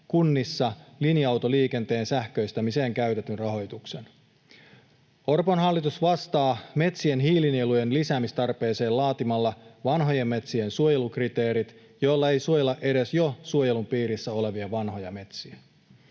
kunnissa linja-autoliikenteen sähköistämiseen käytetyn rahoituksen. Orpon hallitus vastaa metsien hiilinielujen lisäämistarpeeseen laatimalla vanhojen metsien suojelukriteerit, joilla ei suojella edes jo suojelun piirissä olevia vanhoja metsiä.